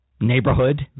neighborhood